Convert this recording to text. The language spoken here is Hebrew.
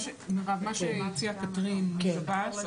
מה שהציעה קתרין מהשב"ס,